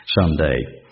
someday